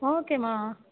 ஓகேம்மா